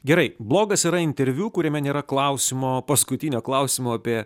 gerai blogas yra interviu kuriame nėra klausimo paskutinio klausimo apie